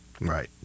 Right